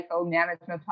management